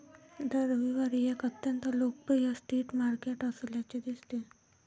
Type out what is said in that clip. दर रविवारी एक अत्यंत लोकप्रिय स्ट्रीट मार्केट असल्याचे दिसते